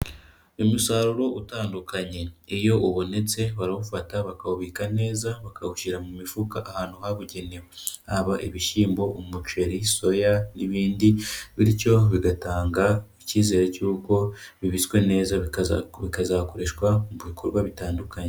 Umusaruro utandukanye, iyo ubonetse barawufata bakawubika neza bakawushyira mu mifuka ahantu habugenewe, haba ibishyimbo, umuceri, soya, n'ibindi bityo bigatanga icyizere cy'uko bibitswe neza bikazakoreshwa mu bikorwa bitandukanye.